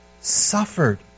suffered